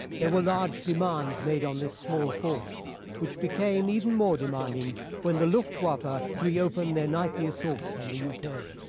there were large demands made on this small force which became even more demanding when the luftwaffe ah reopened their nightly assaults on the yeah uk.